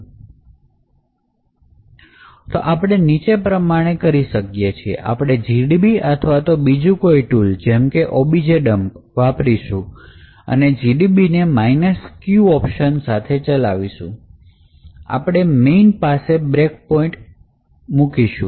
તો એ આપણે નીચે પ્રમાણે કરી શકીએ આપણે gdb અથવા તો બીજું કોઈ tool જેમકે objdump વાપરીશું અને gdb ને q ઓપ્શન સાથે ચલાવીશું અને આપણે મેઈન પાસે બ્રેક પોઇન્ટ કરીશું